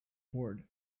board